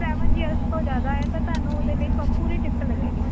seven years ਤੋਂ ਜ਼ਿਆਦਾ ਹੈ ਤਾਂ ਤੁਹਾਨੂੰ ਉਹਦੇ ਲਈ ਕ ਪੂਰੀ ਟਿਕਟ ਲੱਗੇਗੀ